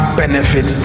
benefit